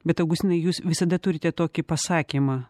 bet augustinai jūs visada turite tokį pasakymą